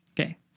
Okay